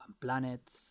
planets